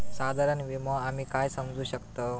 साधारण विमो आम्ही काय समजू शकतव?